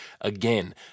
Again